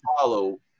follow